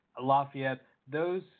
Lafayette—those